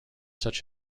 such